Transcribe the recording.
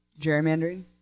Gerrymandering